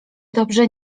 dobrze